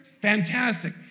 Fantastic